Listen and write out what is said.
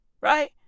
Right